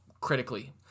critically